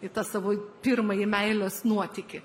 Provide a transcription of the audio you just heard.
į tą savo pirmąjį meilės nuotykį